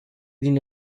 din